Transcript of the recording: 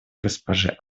госпожи